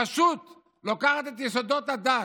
פשוט לוקחת את יסודות הדת,